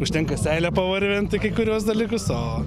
užtenka seilę pavarvint į kai kuriuos dalykus o